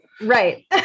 Right